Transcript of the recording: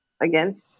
Again